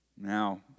Now